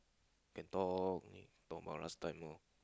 can talk talk about last time lah